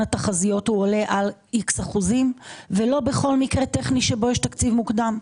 התחזיות עולה על X אחוזים ולא בכל מקרה טכני שבו יש תקציב מוקדם?